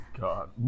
God